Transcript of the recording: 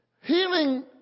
healing